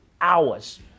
hours